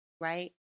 Right